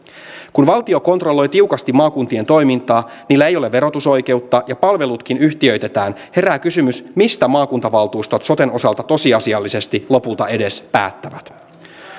kun valtio kontrolloi tiukasti maakuntien toimintaa niillä ei ole verotusoikeutta ja palvelutkin yhtiöitetään herää kysymys mistä maakuntavaltuustot soten osalta tosiasiallisesti lopulta edes päättävät